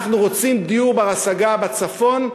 אנחנו רוצים דיור בר-השגה בצפון,